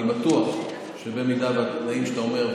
אני בטוח שאם התנאים שאתה אומר,